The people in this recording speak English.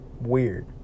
weird